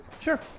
Sure